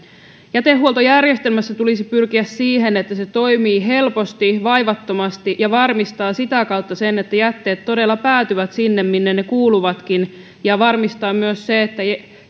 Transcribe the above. jätehuoltojärjestelmässä tulisi pyrkiä siihen että se toimii helposti vaivattomasti ja varmistaa sitä kautta sen että jätteet todella päätyvät sinne minne ne kuuluvatkin ja varmistaa myös sen että